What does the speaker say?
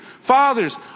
Fathers